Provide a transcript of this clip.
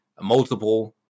multiple